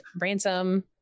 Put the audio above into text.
ransom